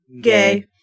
Gay